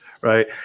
right